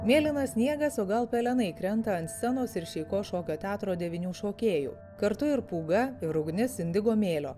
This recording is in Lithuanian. mėlynas sniegas o gal pelenai krenta ant scenos ir šeiko šokio teatro devynių šokėjų kartu ir pūga ir ugnis indigo mėlio